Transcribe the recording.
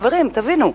חברים, תבינו,